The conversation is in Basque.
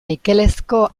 nikelezko